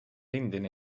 endine